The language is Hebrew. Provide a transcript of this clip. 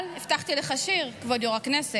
אבל הבטחתי לך שיר, כבוד יו"ר הכנסת.